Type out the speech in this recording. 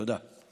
תודה.